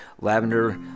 Lavender